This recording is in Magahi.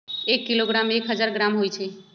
एक किलोग्राम में एक हजार ग्राम होई छई